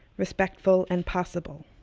respectful, and possible.